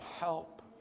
help